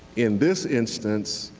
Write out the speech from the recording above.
in this instance,